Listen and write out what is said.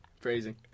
Crazy